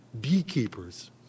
beekeepers